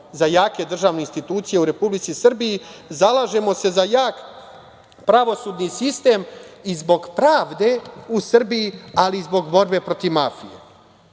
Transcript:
za jake državne institucije u Republici Srbiji, zalažemo se za jak pravosudni sistem, i zbog pravde u Srbiji, ali i zbog borbe protiv mafije. Imali